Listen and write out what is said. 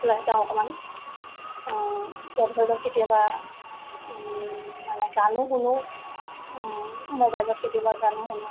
ওলাই যাওঁ অকণমান এতিয়া ধৰি লওক কেতিয়াবা মানে গানো শুনোঁ ম'বাইলত কেতিয়াবা গানো শুনোঁ